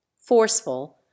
Forceful